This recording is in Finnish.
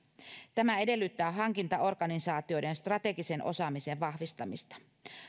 tämä edellyttää hankintaorganisaatioiden strategisen osaamisen vahvistamista